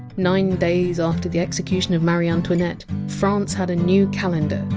nine days after the execution of marie antoinette, france had a new calendar,